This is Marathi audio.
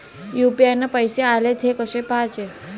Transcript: यू.पी.आय न पैसे आले, थे कसे पाहाचे?